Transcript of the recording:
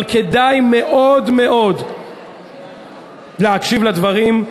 אבל כדאי מאוד מאוד להקשיב לדברים.